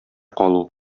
калу